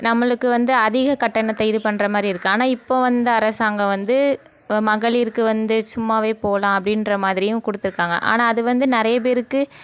நம்மளுக்கு வந்து அதிக கட்டணத்தை இது பண்ணுறமாரி இருக்கு ஆனால் இப்போ வந்த அரசாங்கம் வந்து மகளிருக்கு வந்து சும்மாவே போகலாம் அப்படின்றமாதிரியும் கொடுத்துருக்காங்க ஆனால் அது வந்து நிறைய பேருக்கு